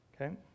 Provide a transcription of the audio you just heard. Okay